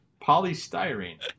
Polystyrene